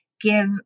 give